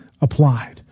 applied